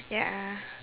ya